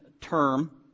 term